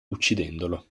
uccidendolo